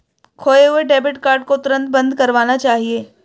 खोये हुए debit card को तुरंत बंद करवाना चाहिए